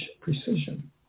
precision